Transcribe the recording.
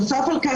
נוסף על כך,